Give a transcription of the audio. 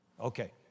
Okay